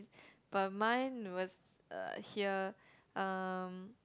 but mine was uh here um